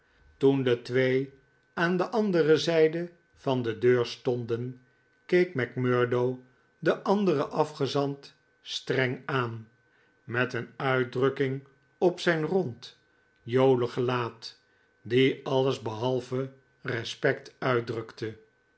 toen de twee aan de andere zijde van de deur stonden keek macmurdo den anderen afgezant streng aan met een uitdrukking op zijn rond jolig gelaat die alles behalve respect uitdrukte